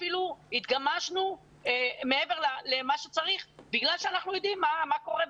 אפילו התגמשנו מעבר למה שצריך בגלל שאנחנו יודעים מה קורה.